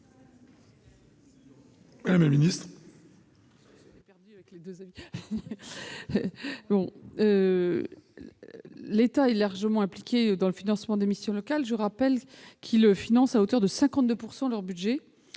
madame la ministre.